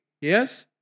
Yes